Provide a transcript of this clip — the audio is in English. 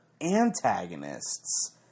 antagonists